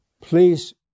please